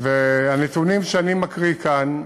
הנתונים שאני מקריא כאן,